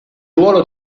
ruolo